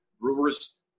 Brewers